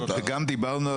וגם דיברנו,